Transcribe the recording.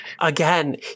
Again